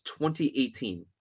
2018